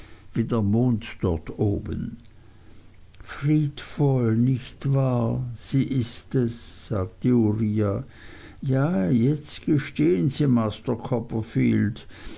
wie der mond dort oben friedvoll nicht wahr sie ist es sagte uriah ja jetzt gestehen sie master copperfield